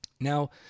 Now